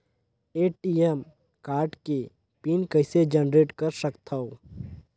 ATM card के PIN कइसे generate कर सकथव?